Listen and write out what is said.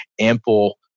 ample